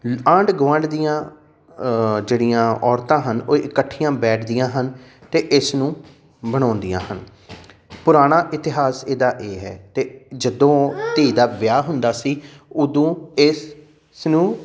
ਆਂਢ ਗੁਆਂਢ ਦੀਆਂ ਜਿਹੜੀਆਂ ਔਰਤਾਂ ਹਨ ਉਹ ਇਕੱਠੀਆਂ ਬੈਠਦੀਆਂ ਹਨ ਅਤੇ ਇਸ ਨੂੰ ਬਣਾਉਂਦੀਆਂ ਹਨ ਪੁਰਾਣਾ ਇਤਿਹਾਸ ਇਹਦਾ ਇਹ ਹੈ ਅਤੇ ਜਦੋਂ ਧੀ ਦਾ ਵਿਆਹ ਹੁੰਦਾ ਸੀ ਉਦੋਂ ਇਸ ਨੂੰ